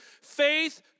Faith